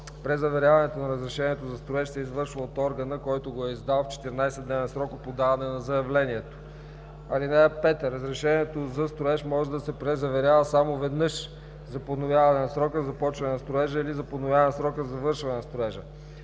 Презаверяването на разрешението за строеж се извършва от органа, който го е издал, в 14-дневен срок от подаване на заявлението. (5) Разрешението за строеж може да се презаверява само веднъж – за подновяване на срока за започване на строежа или за подновяване на срока за завършване на строежа.